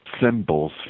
symbols